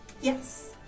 Yes